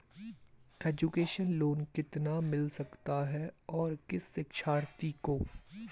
Education loan कितना मिल सकता है और किस शिक्षार्थी को?